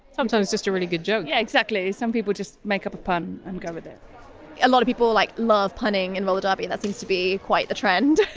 sometimes just a really good joke. yeah, exactly. some people just make up a pun and go with it a lot of people like love punning in roller derby, that seems to be quite the trend.